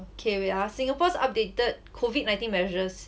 k wait ah singapore's updated COVID nineteen measures